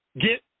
Get